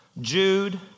Jude